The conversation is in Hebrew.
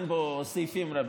אין בו סעיפים רבים.